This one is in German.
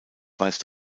weist